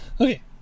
Okay